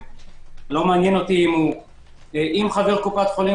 לא מעניין אותי אם הוא עם חבר קופת חולים,